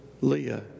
Leah